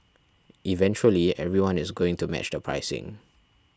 eventually everyone is going to match the pricing